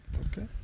Okay